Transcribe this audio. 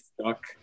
stuck